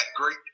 great